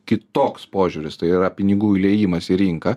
kitoks požiūris tai yra pinigų įliejimas į rinką